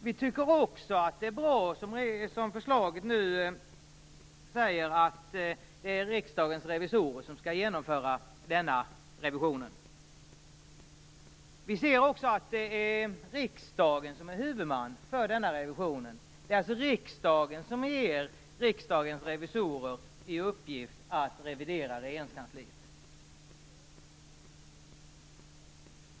Vi tycker också att det är bra, som det nu sägs i förslaget, att det är Riksdagens revisorer som skall genomföra denna revision. Vi ser också att det är riksdagen som är huvudman för revisionen. Det är alltså riksdagen som ger Riksdagens revisorer i uppgift att revidera Regeringskansliet.